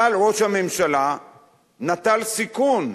אבל ראש הממשלה נטל סיכון.